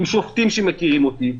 עם שופטים שמכירים אותי,